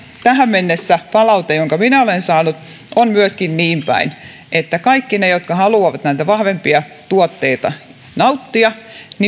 tähän mennessä palaute jonka minä olen saanut on niinpäin että kaikki ne jotka haluavat näitä vahvempia tuotteita nauttia